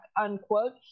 unquote